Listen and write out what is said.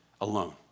alone